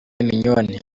mignonne